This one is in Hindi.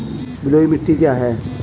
बलुई मिट्टी क्या है?